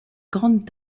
grande